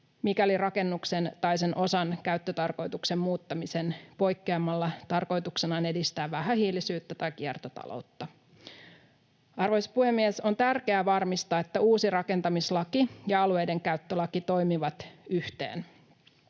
mikäli rakennuksen tai sen osan käyttötarkoituksen muuttamisen poikkeamalla tarkoituksena on edistää vähähiilisyyttä tai kiertotaloutta. Arvoisa puhemies! On tärkeää varmistaa, että uusi rakentamislaki ja alueidenkäyttölaki toimivat yhteen.